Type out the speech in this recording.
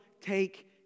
take